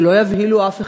שלא יבהילו אף אחד.